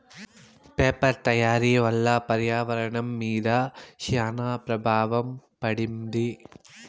paper తయారీ వల్ల పర్యావరణం మీద శ్యాన ప్రభావం పడింది